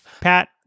Pat